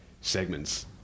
segments